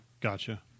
Gotcha